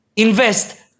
Invest